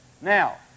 Now